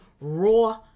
raw